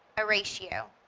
a ratio,